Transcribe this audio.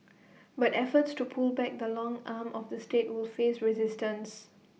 but efforts to pull back the long arm of the state will face resistance